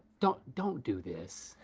don't, don't do this.